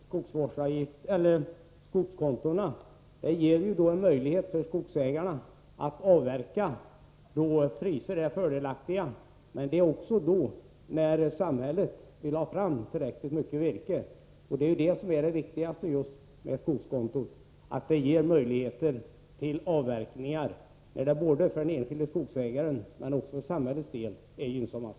Skogskontot ger då en möjlighet för skogsägaren att avverka vid den tid då priserna är fördelaktiga. Det är också då som samhället vill få fram mycket virke. Det viktigaste med skogskontot är just detta att det ger möjligheter till avverkning när det både för den enskilde skogsägaren och för samhället är gynnsammast.